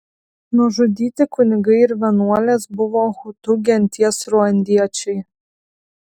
nužudyti kunigai ir vienuolės buvo hutu genties ruandiečiai